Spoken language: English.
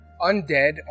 Undead